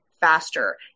Faster